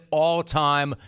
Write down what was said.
all-time